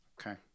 Okay